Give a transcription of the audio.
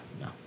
No